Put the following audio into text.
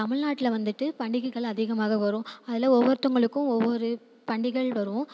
தமிழ் நாட்டில் வந்துட்டு பண்டிகைகள் அதிகமாக வரும் அதில் ஒவ்வொருத்தவங்களுக்கும் ஒவ்வொரு பண்டிகள் வரும்